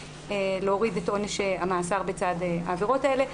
להוריד את עונש המאסר בצד העבירות האלה.